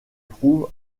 trouve